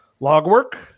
Logwork